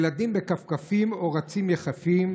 // ילדים בכפכפים / או רצים / יחפים...